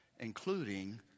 Including